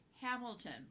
Hamilton